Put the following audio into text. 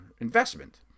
investment